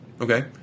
Okay